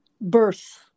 birth